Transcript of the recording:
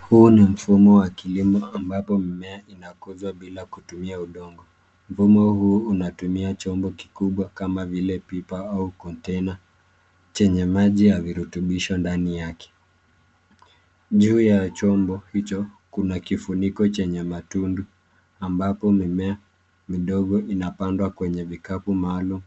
Huu ni mfumo wa kilimo ambapo mmea inakuuzwa bila kutumia udongo. Mvumo huu unatumia chombo kikubwa kama vile pipa au kontena chenye maji ya viritubisho ndani yake. Juu ya chombo hicho kuna kifuniko chenye matundu, ambapo mimea midogo inapandwa kwenye vikapu maalum